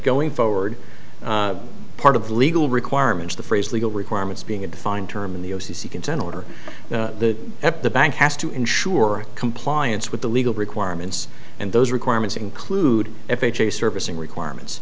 going forward part of legal requirements the phrase legal requirements being a defined term in the o c c consent order at the bank has to ensure compliance with the legal requirements and those requirements include f h a servicing requirements